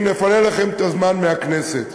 אם נפנה לכם את הזמן מהכנסת?